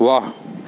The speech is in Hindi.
वाह